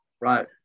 Right